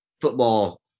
football